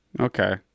okay